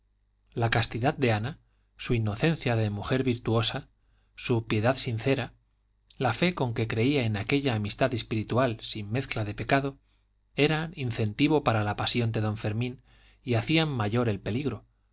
la castidad de ana su inocencia de mujer virtuosa su piedad sincera la fe con que creía en aquella amistad espiritual sin mezcla de pecado eran incentivo para la pasión de don fermín y hacían mayor el peligro